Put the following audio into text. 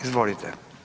Izvolite.